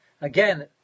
Again